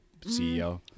CEO